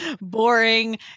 boring